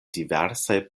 diversaj